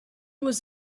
was